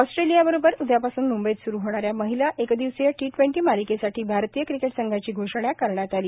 Australia बरोबर उद्यापासून मुंबईत स्रु होणाऱ्या महिला एक दिवसीय टी ट्वेंटी मालिकेसाठी भारतीय क्रिकेट संघाची घोषणा करण्यात आली